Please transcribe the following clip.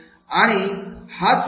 आणि हाच हेतू आहे